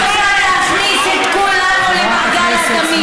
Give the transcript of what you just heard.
שרוצה להכניס את כולנו למעגל הדמים.